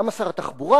למה שר התחבורה?